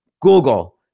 Google